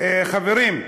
חברים,